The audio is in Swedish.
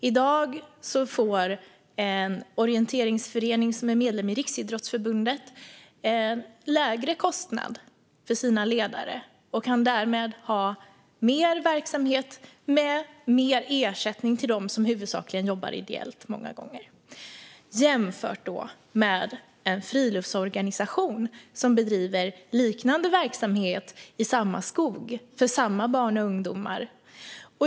I dag får en orienteringsförening som är medlem i Riksidrottsförbundet lägre kostnad för sina ledare och kan därmed ha mer verksamhet med mer ersättning till dem som många gånger huvudsakligen jobbar ideellt jämfört med en friluftsorganisation som bedriver liknande verksamhet i samma skog för samma barn och ungdomar.